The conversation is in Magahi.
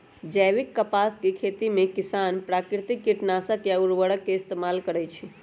जैविक कपास के खेती में किसान प्राकिरतिक किटनाशक आ उरवरक के इस्तेमाल करई छई